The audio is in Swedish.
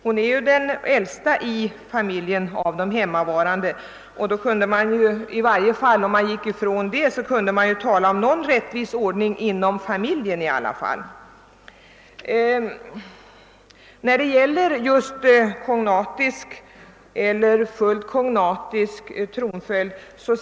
Hon är ju den äldsta i familjen av de hemmavarande. Om hon räknas in kan det ju alltid bli tal om någon rättvis ordning, i varje fall inom familjen.